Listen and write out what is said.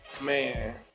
man